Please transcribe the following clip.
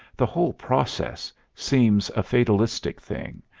the whole process, seems a fatalistic thing,